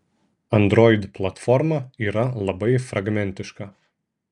android platforma yra labai fragmentiška